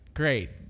Great